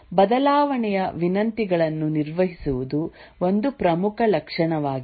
ಬದಲಾವಣೆಯ ವಿನಂತಿಗಳನ್ನು ನಿರ್ವಹಿಸುವುದು ಒಂದು ಪ್ರಮುಖ ಲಕ್ಷಣವಾಗಿದೆ